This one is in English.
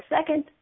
second